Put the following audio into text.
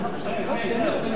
אלקטרונית.